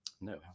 No